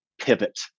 pivot